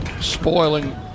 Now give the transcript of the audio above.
spoiling